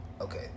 Okay